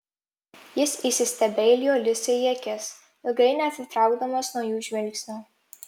jis įsistebeilijo liusei į akis ilgai neatitraukdamas nuo jų žvilgsnio